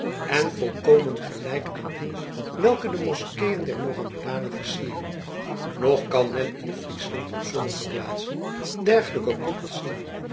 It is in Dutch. en volkomen gelijk aan die welke de moskeeën der mahomedanen versieren nog kan men in friesland op sommige plaatsen dergelijke koepels zien